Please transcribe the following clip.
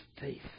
faith